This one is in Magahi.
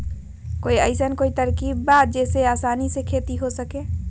कोई अइसन कोई तरकीब बा जेसे आसानी से खेती हो सके?